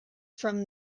from